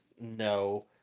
no